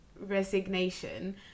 resignation